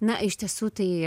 na iš tiesų tai